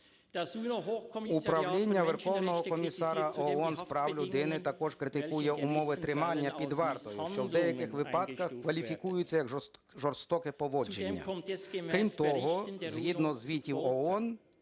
Управління Верховного комісара ООН з прав людини також критикує умови тримання під вартою, що в деяких випадках кваліфікується як жорстоке поводження. Крім того, згідно звітів ООН,